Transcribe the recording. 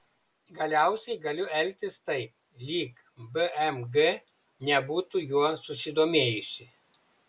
galiausiai galiu elgtis taip lyg bmg nebūtų juo susidomėjusi